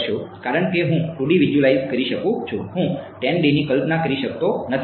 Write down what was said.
કારણ કે હું 2D વિઝ્યુઅલાઈઝ કરી શકું છું હું 10D ની કલ્પના કરી શકતો નથી